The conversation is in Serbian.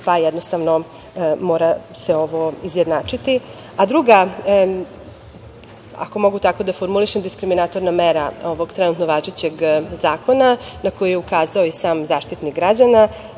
se jednostavno mora ovo izjednačiti. Druga, ako mogu tako da formulišem, diskriminatorna mera ovog trenutno važećeg zakona, na koju je ukazao i sam Zaštitnik građana,